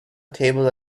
table